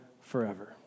forever